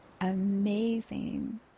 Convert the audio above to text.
Amazing